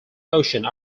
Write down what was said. motion